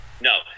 No